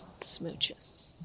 smooches